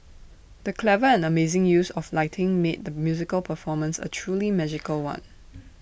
the clever and amazing use of lighting made the musical performance A truly magical one